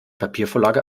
papiervorlage